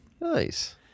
Nice